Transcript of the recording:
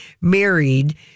married